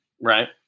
Right